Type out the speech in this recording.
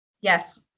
Yes